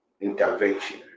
intervention